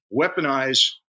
weaponize